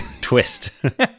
twist